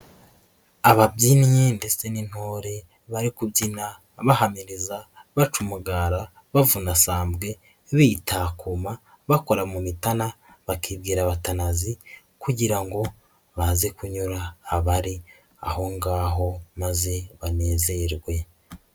Ababyinnyi ndetse n'intore bari kubyina bahamiriza, baca umugara, bavuna sambwe, bitakuma, bakora mumitana bakibwira abatanazi kugira ngo baze kunyura abari aho ngaho maze banezerwe.